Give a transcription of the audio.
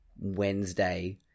wednesday